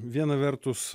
viena vertus